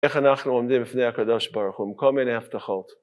איך אנחנו עומדים בפני הקדוש ברוך הוא, כל מיני הבטחות.